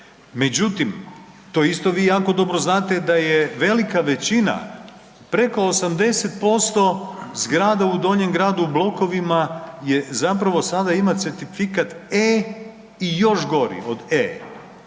međutim to isto vi jako dobro znate da je velika većina, preko 80% zgrada u Donjem gradu u blokovima je zapravo sada ima certifikat E i još gori od E.